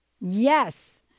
yes